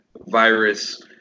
virus